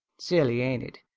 silly, ain't it?